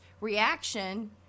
reaction